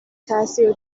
تاثیر